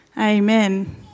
Amen